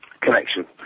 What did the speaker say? Connection